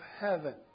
heaven